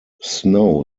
snow